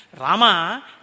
Rama